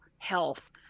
health